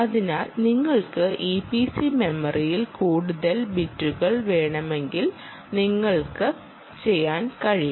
അതിനാൽ നിങ്ങൾക്ക് ഇപിസി മെമ്മറിയിൽ കൂടുതൽ ബിറ്റുകൾ വേണമെങ്കിൽ നിങ്ങൾക്കത് ചെയ്യാൻ കഴിയും